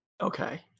Okay